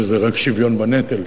שזה רק שוויון בנטל.